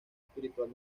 espiritual